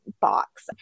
box